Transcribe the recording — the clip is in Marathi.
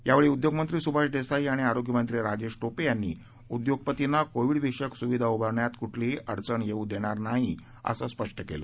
यावेळी उद्योगमंत्री सुभाष देसाई आणि आरोग्यमंत्री राजेश टोपे यांनी उद्योगपतींना कोविडविषयक सुविधा उभारण्यात कुठलीही अडचण येऊ देणार नाही असं स्पष्ट केलं